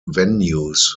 venues